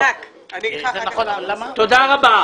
תודה רבה.